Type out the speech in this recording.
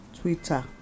Twitter